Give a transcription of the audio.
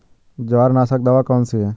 जवार नाशक दवा कौन सी है?